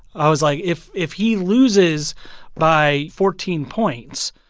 i was like, if if he loses by fourteen points,